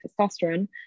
testosterone